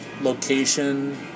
location